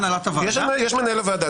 יש מנהל ועדה.